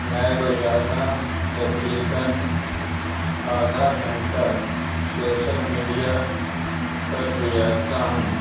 میں روزانہ تقریباً آدھا گھنٹہ سوشل میڈیا پر گزارتا ہوں